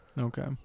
Okay